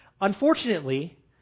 unfortunately